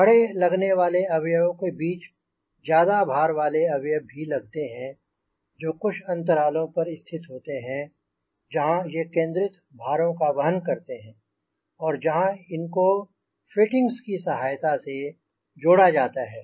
खड़े लगने वाले अवयवों के बीच ज़्यादा भार वाले अवयव भी लगते हैं जो कुछ अंतरालों पर स्थित होते हैं जहाँ ये केंद्रित भारों का वहन करते हैं और जहाँ इनको फिट्टिंग्स की सहायता से जोड़ा जाता है